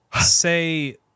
Say